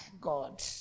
God